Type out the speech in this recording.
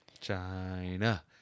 China